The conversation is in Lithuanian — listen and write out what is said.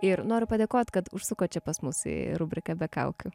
ir noriu padėkot kad užsukot čia pas mus į rubriką be kaukių